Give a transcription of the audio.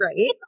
right